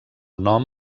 nom